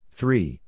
three